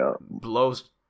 Blows